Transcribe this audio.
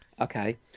Okay